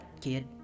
Kid